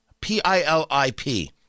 P-I-L-I-P